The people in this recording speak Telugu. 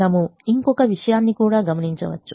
మనము ఇంకొక విషయాన్ని కూడా గమనించవచ్చు